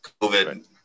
COVID